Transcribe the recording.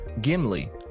Gimli